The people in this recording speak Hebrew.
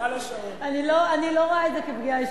הכול,